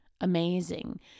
amazing